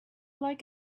like